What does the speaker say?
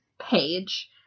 page